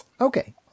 Okay